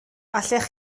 allech